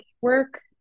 work